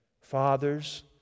Fathers